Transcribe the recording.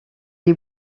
les